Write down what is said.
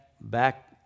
back